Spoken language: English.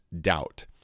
doubt